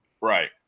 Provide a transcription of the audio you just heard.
right